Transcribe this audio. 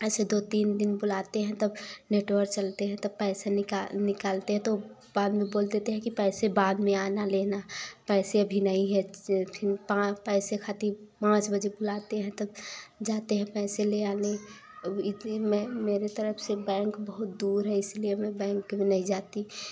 ऐसे दो तीन दिन बुलाते हैं तब नेटवर्क चलते हैं तब पैसा निकाल निकालते हैं तो बाद में बोल देते हैं कि पैसे बाद में आना लेना पैसे अभी नहीं है फिर पैसे खातिर पाँच बजे बुलाते हैं तब जाते हैं पैसे ले आने अब इसी में मेरे तरफ से बैंक बहुत दूर है इसीलिए मैं बैंक में नहीं जाती